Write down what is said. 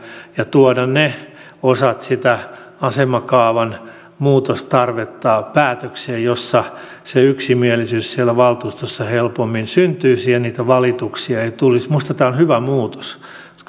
ja tuoda ne osat sitä asemakaavan muutostarvetta päätökseen joissa se yksimielisyys siellä valtuustossa helpommin syntyisi ja niitä valituksia ei tulisi minusta tämä on hyvä muutos koska